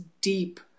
deep